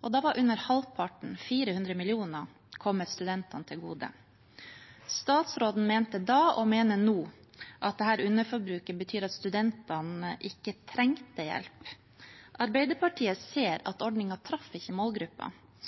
og da var under halvparten – 400 mill. kr – kommet studentene til gode. Statsråden mente da og mener nå at dette underforbruket betyr at studentene ikke trengte hjelp. Arbeiderpartiet ser at ordningen ikke